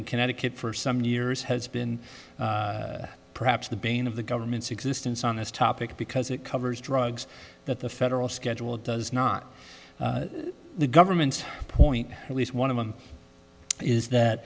in connecticut for some years has been perhaps the bane of the government's existence on this topic because it covers drugs that the federal schedule does not the government's point at least one of them is that